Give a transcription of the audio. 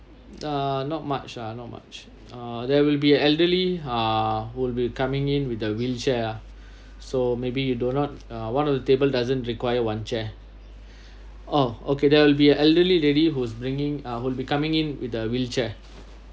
uh not much ah not much uh there will be an elderly uh will be coming in with the wheelchair ah so maybe you do not uh one of the table doesn't require one chair oh okay there will be an elderly lady who's bringing uh would be coming in with the wheelchair